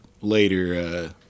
later